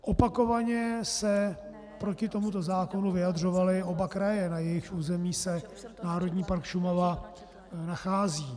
Opakovaně se proti tomuto zákonu vyjadřovaly oba kraje, na jejichž území se Národní park Šumava nachází.